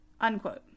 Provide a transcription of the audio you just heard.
Unquote